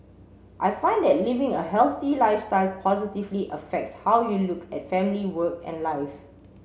I find that living a healthy lifestyle positively affects how you look at family work and life